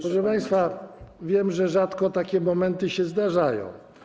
Proszę państwa, wiem, że rzadko takie momenty się zdarzają.